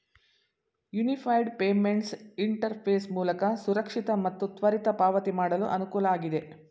unified payments interface ಮೂಲಕ ಸುರಕ್ಷಿತ ಮತ್ತು ತ್ವರಿತ ಪಾವತಿ ಮಾಡಲು ಅನುಕೂಲ ಆಗಿದೆ